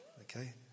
Okay